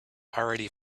already